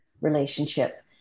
relationship